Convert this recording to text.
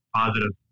positive